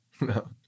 no